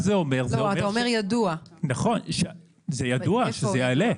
ידוע שזה יעלה.